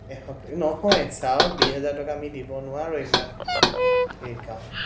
এসপ্তাহ নহয় চাওক বিশ হাজাৰ টকা আমি দিব নোৱাৰোঁ ইমান সেই কাৰণে